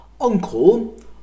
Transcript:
Uncle